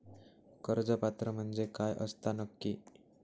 कर्ज पात्र म्हणजे काय असता नक्की?